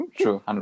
True